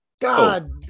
God